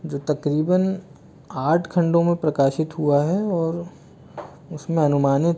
जो तकरीबन आठ खण्डों में प्रकाशित हुआ है और उसमें अनुमानित